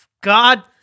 God